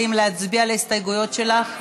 האם להצביע על ההסתייגויות שלך?